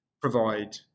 provide